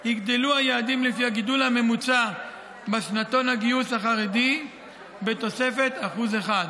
יעדי הגיוס קבועים לפי המספרים בטבלה המובאת בתוספת להצעת החוק.